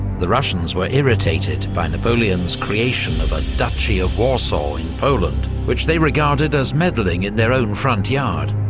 the russians were irritated by napoleon's creation of a duchy of warsaw in poland, which they regarded as meddling in their own front yard.